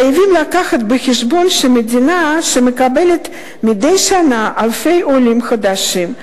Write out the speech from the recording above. חייבים להביא בחשבון שהמדינה מקבלת מדי שנה אלפי עולים חדשים,